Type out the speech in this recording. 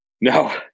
No